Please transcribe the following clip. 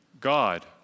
God